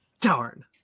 darn